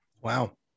Wow